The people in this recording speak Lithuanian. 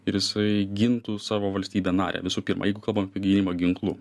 ir jisai gintų savo valstybę narę visų pirma jeigu kalbam apie gynimą ginklu